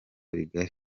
bigari